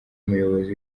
muyobozi